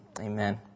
amen